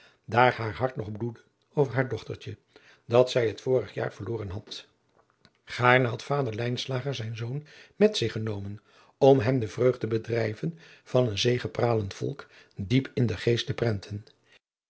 daar haar hart nog bloedde over haar dochtertje dat zij het vorig jaar verloren had gaarne had vader lijnslager zijn zoon met zich genomen om hem de vreugdebedrijven van een zegepralend volk diep in den geest te prenten